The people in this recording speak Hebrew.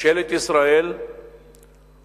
ממשלת ישראל חותמת